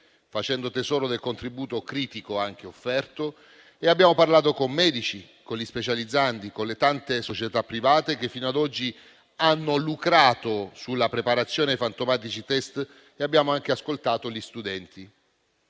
facendo tesoro del contributo - anche critico - offerto. Abbiamo parlato con i medici, con gli specializzandi, con le tante società private che fino ad oggi hanno lucrato sulla preparazione ai fantomatici test e abbiamo anche ascoltato gli studenti,